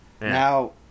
Now